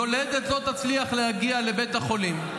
יולדת לא תצליח להגיע לבית החולים.